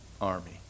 army